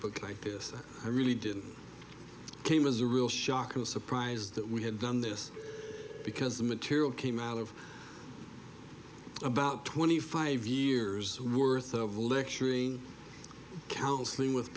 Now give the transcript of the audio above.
like this i really didn't came as a real shock of surprise that we had done this because the material came out of about twenty five years worth of lecturing counseling with